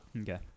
Okay